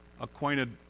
acquainted